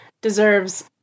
deserves